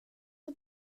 och